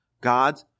God